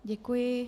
Děkuji.